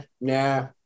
nah